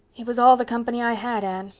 he was all the company i had, anne.